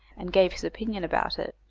and gave his opinion about it.